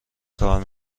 کار